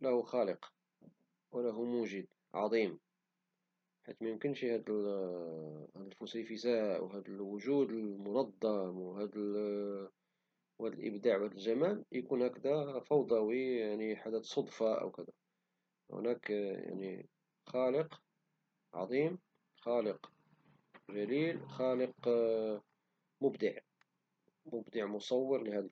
له خالق او له موجب حيت ميمكنشي هاد الفسيفساء وهاد الوجود المنظم وهاد الابداع وهاد الجمال اكون هاكدا فوضوي يعني صدفة او كدا هناك يعني خالق عظيم خالق جليل خالق مبدع مبدع مصور لهاد